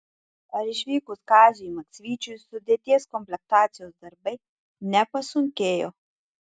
ar išvykus kaziui maksvyčiui sudėties komplektacijos darbai nepasunkėjo